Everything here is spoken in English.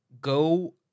go